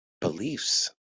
beliefs